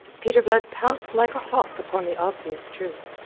peter blood pounced like a hawk upon the obvious truth.